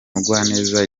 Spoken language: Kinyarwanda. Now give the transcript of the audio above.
mugwaneza